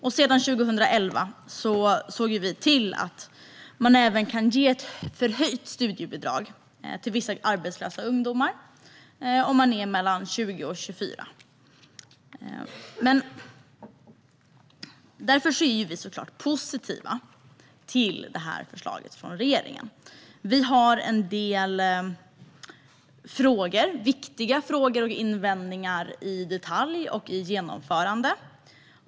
År 2011 såg vi till att man kunde ge ett förhöjt studiebidrag till vissa arbetslösa ungdomar i åldern 20-24 år. Därför är vi såklart positiva till detta förslag från regeringen. Vi har en del viktiga frågor och invändningar när det gäller detaljer och genomförande.